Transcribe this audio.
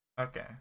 Okay